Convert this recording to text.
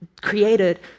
created